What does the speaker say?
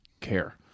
care